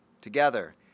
together